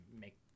make